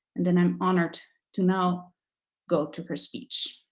and then i'm honored to now go to her speech.